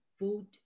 vote